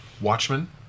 Watchmen